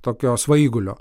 tokio svaigulio